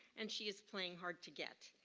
and she's playing hard to get.